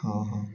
ହଁ ହଁ